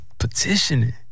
Petitioning